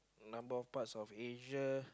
number of parts of Asia